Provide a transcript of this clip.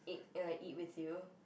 eat eat like eat with you